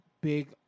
big